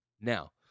Now